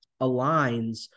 aligns